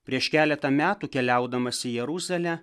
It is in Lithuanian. prieš keletą metų keliaudamas į jeruzalę